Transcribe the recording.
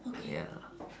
ya